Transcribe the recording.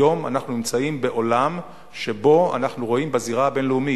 היום אנחנו נמצאים בעולם שבו אנחנו רואים בזירה הבין-לאומית,